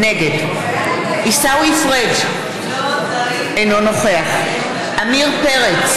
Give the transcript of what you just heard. נגד עיסאווי פריג' אינו נוכח עמיר פרץ,